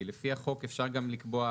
כי לפי החוק אפשר גם לקבוע,